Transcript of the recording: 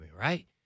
right